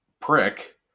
prick